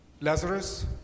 Lazarus